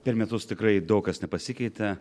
per metus tikrai daug kas nepasikeitė